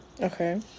Okay